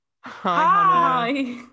Hi